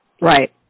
Right